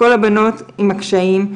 כל הבנות עם הקשיים,